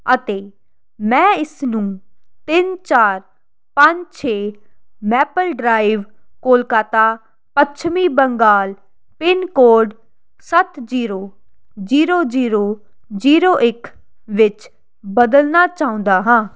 ਅਤੇ ਮੈਂ ਇਸ ਨੂੰ ਤਿੰਨ ਚਾਰ ਪੰਜ ਛੇ ਮੈਪਲ ਡਰਾਈਵ ਕੋਲਕਾਤਾ ਪੱਛਮੀ ਬੰਗਾਲ ਪਿੰਨ ਕੋਡ ਸੱਤ ਜੀਰੋ ਜੀਰੋ ਜੀਰੋ ਜੀਰੋ ਇੱਕ ਵਿੱਚ ਬਦਲਣਾ ਚਾਹੁੰਦਾ ਹਾਂ